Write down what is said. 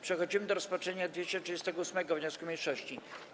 Przechodzimy do rozpatrzenia 238. wniosku mniejszości.